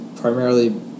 primarily